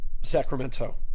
Sacramento